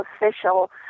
official